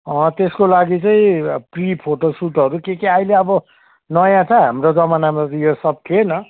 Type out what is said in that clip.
त्यसको लागि चाहिँ प्रि फोटोसुटहरू के के अहिले अब नयाँ छ हाम्रो जमानामा त यो सब थिएन